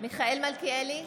מיכאל מלכיאלי,